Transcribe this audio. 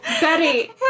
Betty